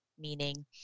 Meaning